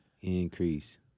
Increase